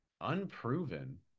unproven